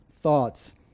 thoughts